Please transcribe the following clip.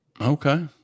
Okay